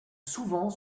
souvent